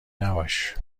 نباش